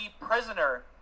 prisoner—